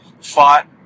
fought